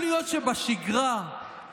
עכשיו אני רוצה שתסתכל על עם ישראל.